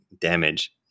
damage